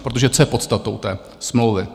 Protože co je podstatou té smlouvy?